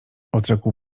odrzekł